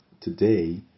today